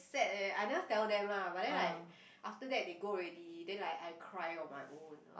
sad eh I never tell them lah but then like after that they go already then like I cry on my own one